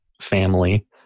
family